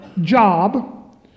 job